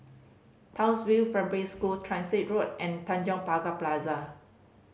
Townsville Primary School Transit Road and Tanjong Pagar Plaza